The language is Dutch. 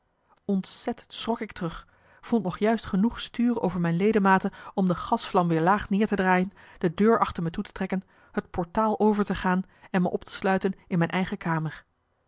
ontzet schrok ik terug vond nog juist genoeg stuur over mijn ledematen om de gasvlam weer laag neer te draaien de deur achter me toe te trekken het portaal over te gaan en me op te sluiten in mijn eigen kamer